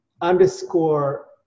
underscore